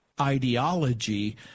ideology